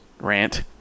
rant